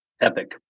Epic